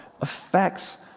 affects